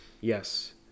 Yes